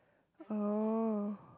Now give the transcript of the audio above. oh